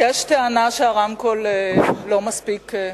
יש טענה שהרמקול לא מספיק.